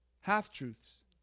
half-truths